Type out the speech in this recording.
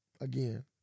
Again